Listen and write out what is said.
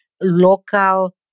local